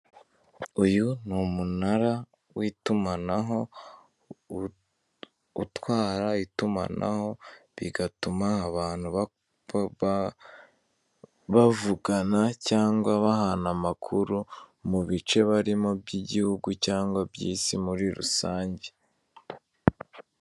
Uyu ni umunara w' itumanaho, utwara itumanaho bigatuma abantu bavugana cyangwa bahana amakuru, mu bice barimo by'igihugu cyangwa by'isi muri rusange.